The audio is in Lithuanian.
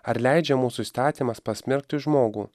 ar leidžia mūsų įstatymas pasmerkti žmogų